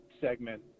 segment